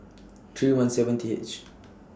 three one seven T H